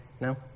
No